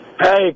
Hey